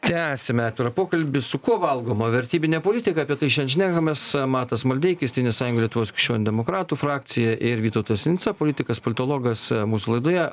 tęsiame atvirą pokalbį su kuo valgoma vertybinė politika apie tai šiandien šnekamės matas maldeikis tėvynės sąjunga lietuvos krikščionių demokratų frakcija ir vytautas sinica politikas politologas mūsų laidoje